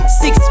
six